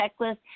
checklist